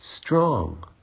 strong